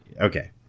Okay